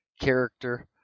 character